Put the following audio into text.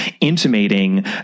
intimating